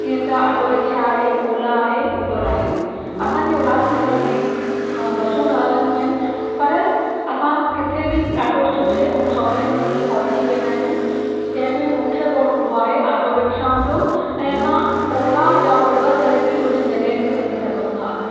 जीअं त auto rickshaw आहे ओला आहे उबर आहे असांजे उल्हासनगर में बसूं न हलंदियूं आहिनि पर असां किथे बि ॾाढो सुठे ऐं सवले नमूने पहुची वेंदा आहियूं जंहिं में मूंखे रोल हूंदो आहे आटो रिक्शाउनि जो ऐं असां ओला या उबर करे बि हुन जॻहनि ते वञी सघूं था